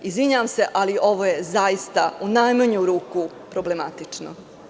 Izvinjavam se, ali ovo je zaista u najmanju ruku problematično.